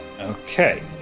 Okay